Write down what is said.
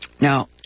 Now